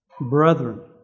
Brethren